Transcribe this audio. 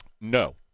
No